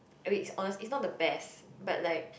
i mean hones~ it's not the best but like